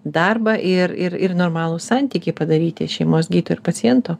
darbą ir ir ir normalų santykį padaryti šeimos gydytojo ir paciento